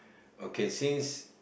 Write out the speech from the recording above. okay since